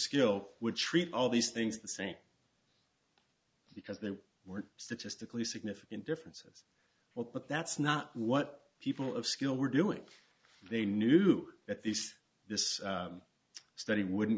skill would treat all these things the same because they were statistically significant differences but that's not what people of skill were doing they knew that these this study wouldn't